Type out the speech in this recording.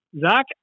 Zach